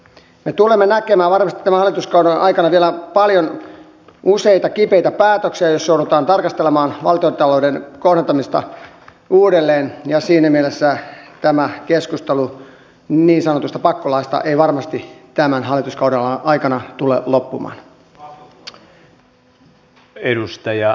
me tulemme näkemään varmasti tämän hallituskauden aikana vielä useita kipeitä päätöksiä joissa joudutaan tarkastelemaan valtiontalouden kohdentamista uudelleen ja siinä mielessä tämä keskustelu niin sanotusta pakkolaista ei varmasti tämän hallituskauden aikana tule loppumaan